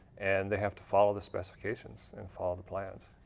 and they have to follow the specifications. and follow the plans.